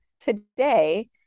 today